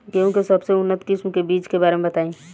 गेहूँ के सबसे उन्नत किस्म के बिज के बारे में बताई?